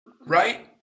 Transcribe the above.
right